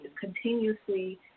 continuously